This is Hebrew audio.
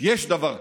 יש דבר כזה.